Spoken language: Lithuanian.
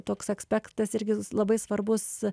toks ekspektas irgi labai svarbus